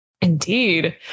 Indeed